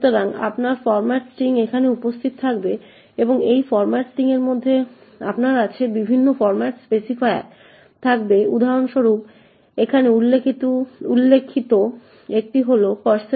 সুতরাং আপনার format string এখানে উপস্থিত থাকবে এবং এই ফর্ম্যাট স্ট্রিং এর মধ্যে আপনার কাছে বিভিন্ন ফর্ম্যাট স্পেসিফায়ার থাকবে উদাহরণস্বরূপ এখানে উল্লেখিত একটি হল d